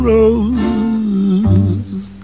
Rose